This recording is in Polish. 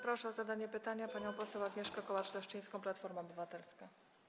Proszę o zadanie pytania panią poseł Agnieszkę Kołacz-Leszczyńską, Platforma Obywatelska.